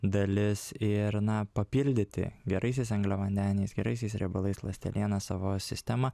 dalis ir na papildyti geraisiais angliavandeniais geraisiais riebalais ląsteliena savo sistemą